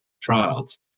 trials